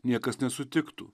niekas nesutiktų